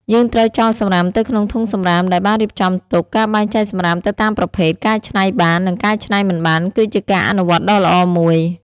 យើងត្រូវចោលសំរាមទៅក្នុងធុងសំរាមដែលបានរៀបចំទុក ការបែងចែកសំរាមទៅតាមប្រភេទ កែច្នៃបាន និងកែច្នៃមិនបាន គឺជាការអនុវត្តដ៏ល្អមួយ។